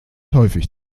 häufig